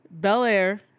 Belair